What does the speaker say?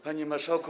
Panie Marszałku!